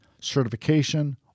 certification